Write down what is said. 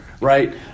right